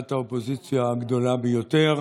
מסיעת האופוזיציה הגדולה ביותר,